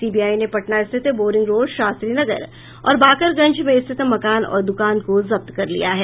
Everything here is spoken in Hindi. सीबीआई ने पटना स्थित बोरिंग रोड शास्त्रीनगर और बकरगंज में स्थित मकान और दुकान को जब्त कर लिया है